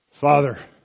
Father